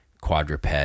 quadruped